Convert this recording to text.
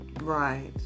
Right